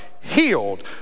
healed